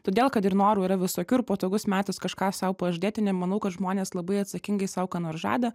todėl kad ir norų yra visokių ir patogus metas kažką sau pažadėti nemanau kad žmonės labai atsakingai sau ką nors žada